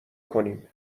کنیم